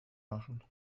machen